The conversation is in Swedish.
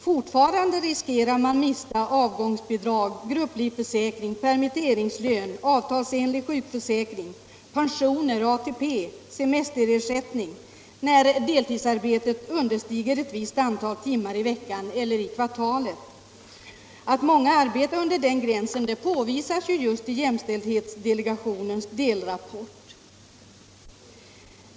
Fortfarande riskerar man att mista avgångsbidrag, grupplivförsäkring, permitteringslön, avtalsenlig sjukförsäkring, pensioner, ATP och semesterersättning när deltidsarbetet understiger ett visst antal timmar i veckan eller kvartalet. Det påvisas just i jämställdhetsdelegationens delrapport att många arbetar under den gränsen.